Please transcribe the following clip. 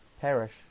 perish